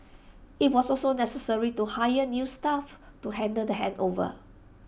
IT was also necessary to hire new staff to handle the handover